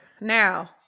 Now